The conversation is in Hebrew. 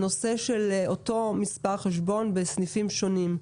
הנושא של אותו מספר חשבון בסניפים שונים.